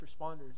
responders